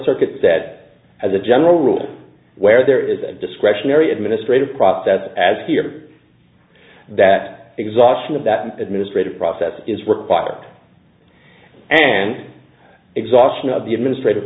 circuit that as a general rule where there is a discretionary administrative process as here that exhaustion of that administrative process is required and exhaustion of the administrative